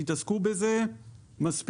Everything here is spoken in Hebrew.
התעסקו בזה מספיק.